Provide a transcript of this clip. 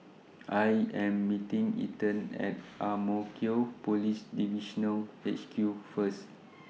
I Am meeting Ethan At Ang Mo Kio Police Divisional HQ First